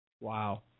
Wow